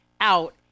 out